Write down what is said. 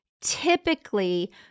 typically